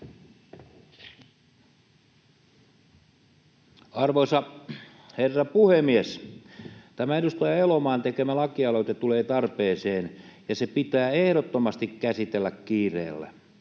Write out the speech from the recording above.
Arvoisa herra puhemies! Tämä edustaja Elomaan tekemä lakialoite tulee tarpeeseen, ja se pitää ehdottomasti käsitellä kiireellä,